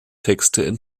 texte